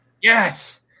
Yes